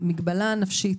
המגבלה הנפשית,